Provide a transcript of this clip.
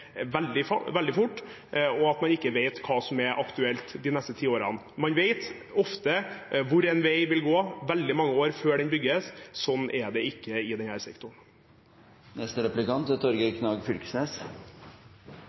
veldig fort, og man vet ikke hva som er aktuelt de neste ti årene. Man vet ofte hvor en vei vil gå, veldig mange år før den bygges. Sånn er det ikke i denne sektoren. Ein viktig kritikk av denne planen er